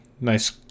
nice